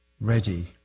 ready